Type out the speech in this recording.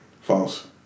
False